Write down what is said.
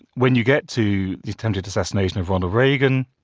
when you get to the attempted assassination of ronald reagan,